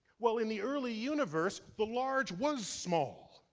well, in the early universe, the large was small.